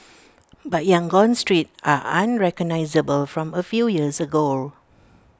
but Yangon's streets are unrecognisable from A few years ago